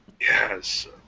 Yes